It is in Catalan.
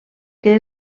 que